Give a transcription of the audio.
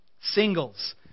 Singles